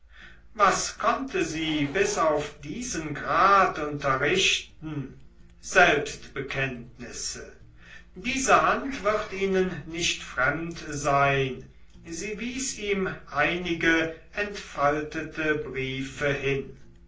was konnte sie bis auf diesen grad unterrichten selbstbekenntnisse diese hand wird ihnen nicht fremd sein sie wies ihm einige entfaltete briefe hin